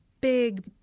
big